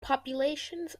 populations